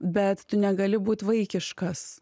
bet tu negali būt vaikiškas